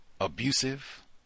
abusive